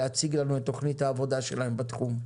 להציג לנו את תוכנית העבודה שלהם בתחום,